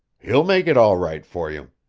he'll make it all right for you.